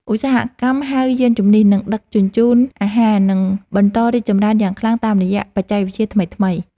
ឧស្សាហកម្មហៅយានជំនិះ និងដឹកជញ្ជូនអាហារ នឹងបន្តរីកចម្រើនយ៉ាងខ្លាំងតាមរយៈបច្ចេកវិទ្យាថ្មីៗ។